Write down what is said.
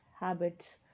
habits